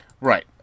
Right